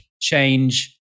change